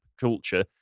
culture